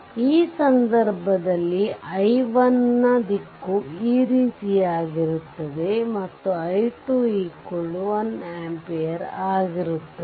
ಈ ಸಂದರ್ಭದಲ್ಲಿ i1 ನ ದಿಕ್ಕು ಈ ರೀತಿಯಾಗಿರುತ್ತದೆ ಮತ್ತು i2 1 ಆಂಪಿಯರ್ ಆಗಿರುತ್ತದೆ